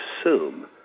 assume